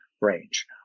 range